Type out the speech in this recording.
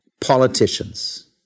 politicians